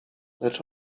lecz